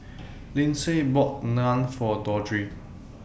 Lindsay bought Naan For Dondre